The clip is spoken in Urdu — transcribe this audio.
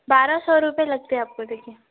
بارہ سو روپئے لگتے آپ کو دیکھیے